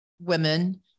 women